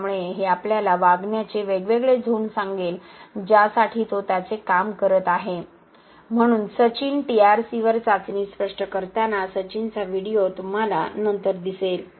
त्यामुळे हे आपल्याला वागण्याचे वेगवेगळे झोन सांगेल ज्यासाठी तो त्याचे काम करत आहे म्हणून सचिन टीआरसीवर चाचणी स्पष्ट करताना सचिनचा व्हिडिओ तुम्हाला नंतर दिसेल